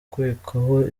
ukekwaho